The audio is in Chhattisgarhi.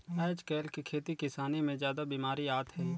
आयज कायल के खेती किसानी मे जादा बिमारी आत हे